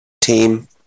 team